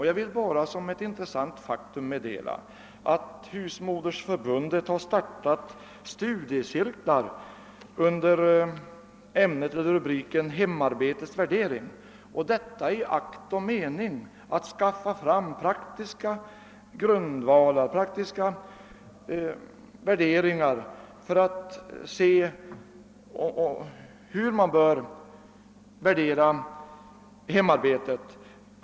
Jag vill bara som ett intressant faktum meddela att Husmodersförbundet har startat studiecirklar under rubriken >»Hemarbetets värdering» i akt och mening att skaffa fram praktiska be dömningsgrunder beträffande frågan hur man bör värdera hemarbetet.